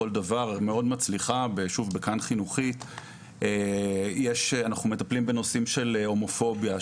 מצליחה אנחנו מטפלים בנושאים של הומופוביה,